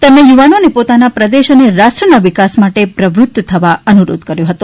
તેમણે યુવાનોને પોતાના પ્રદેશ અને રાષ્ટ્રના વિકાસ માટે પ્રવૃત થવા અનુરોધ કર્યો હતો